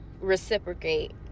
reciprocate